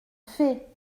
fait